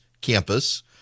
campus